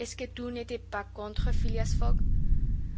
est-ce que tout n'était pas contre phileas fogg